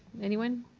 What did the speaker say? anyone?